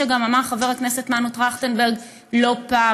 כפי שגם אמר חבר הכנסת מנו טרכטנברג לא פעם.